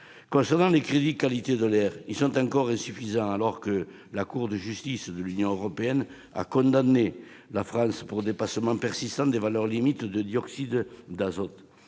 crédits dédiés à qualité de l'air sont encore insuffisants, alors que la Cour de justice de l'Union européenne a condamné la France pour dépassement persistant des valeurs limites de dioxyde d'azote.